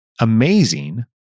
amazing